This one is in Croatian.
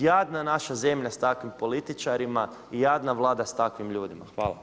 Jadna naša zemlja s takvim političarima i jadna Vlada s takvim ljudima.